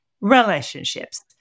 Relationships